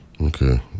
Okay